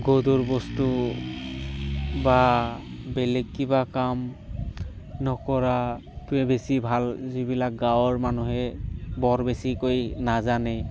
গধুৰ বস্তু বা বেলেগ কিবা কাম নকৰা কিবা বেছি ভাল যিবিলাক গাঁৱৰ মানুহে বৰ বেছিকৈ নাজানে